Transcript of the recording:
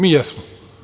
Mi jesmo.